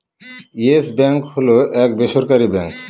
yes Bank হল এক বেসরকারি ব্যাঙ্ক